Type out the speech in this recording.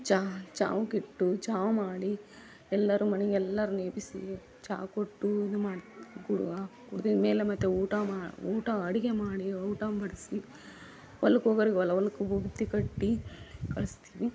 ಚಾ ಚಾವ್ಕ್ ಇಟ್ಟು ಚಾವ್ ಮಾಡಿ ಎಲ್ಲರೂ ಮನೆಗೆ ಎಲ್ಲರನ್ನೂ ಎಬ್ಬಿಸಿ ಚಹಾ ಕೊಟ್ಟು ಇದು ಮಾಡಿ ಕೊಡುವ ಕುಡ್ದಿದ್ದ ಮೇಲೆ ಮತ್ತೆ ಊಟ ಮಾ ಊಟ ಅಡುಗೆ ಮಾಡಿ ಊಟ ಮಾಡಿಸಿ ಒಲ್ಕ್ ಹೋಗೋರಿಗೆ ಹೊಲವನ್ಕ ಬುತ್ತಿ ಕಟ್ಟಿ ಕಳಿಸ್ತೀವಿ